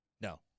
No